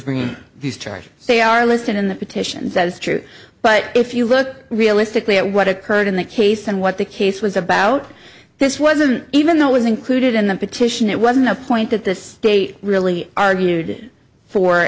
charges they are listed in the petition that is true but if you look realistically at what occurred in that case and what the case was about this wasn't even though it was included in the petition it wasn't a point that this state really argued for